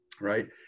right